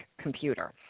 computer